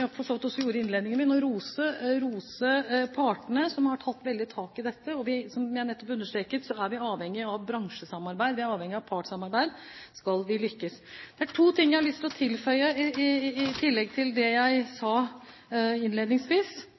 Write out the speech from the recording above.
har tatt veldig tak i dette. Og som jeg nettopp understreket, er vi avhengige av bransjesamarbeid og avhengige av partssamarbeid hvis vi skal lykkes. Det er to ting jeg har lyst til å tilføye i tillegg til det jeg sa innledningsvis.